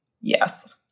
Yes